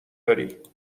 داری